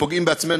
שפוגעים בעצמנו,